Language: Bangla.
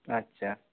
আচ্ছা